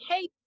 hey